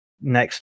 next